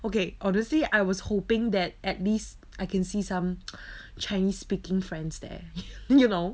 okay honestly I was hoping that at least I can see some chinese speaking friends there and you know